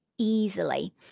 easily